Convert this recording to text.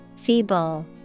Feeble